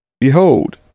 Behold